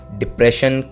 depression